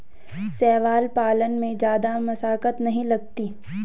शैवाल पालन में जादा मशक्कत नहीं लगती